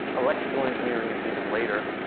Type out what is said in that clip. electrical engineering is even later.